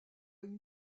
une